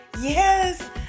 Yes